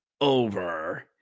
over